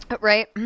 right